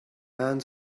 ants